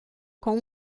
com